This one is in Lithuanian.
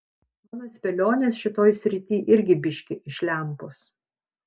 mano spėlionės šitoj srity irgi biškį iš lempos